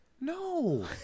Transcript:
No